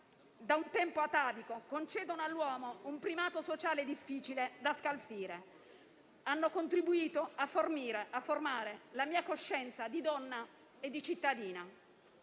da un tempo atavico concedono all'uomo un primato sociale difficile da scalfire, hanno contribuito a formare la mia coscienza di donna e di cittadina.